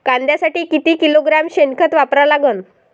कांद्यासाठी किती किलोग्रॅम शेनखत वापरा लागन?